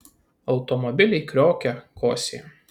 automobiliai kriokia kosėja